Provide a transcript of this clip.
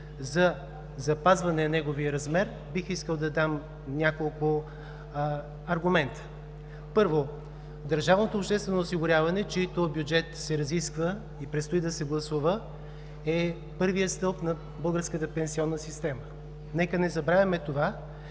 за запазване на неговия размер бих искал да дам няколко аргумента. Първо, държавното обществено осигуряване, чийто бюджет се разисква и предстои да се гласува, е първият стълб на българската пенсионна система. Нека не забравяме това,